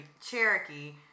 Cherokee